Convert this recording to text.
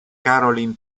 caroline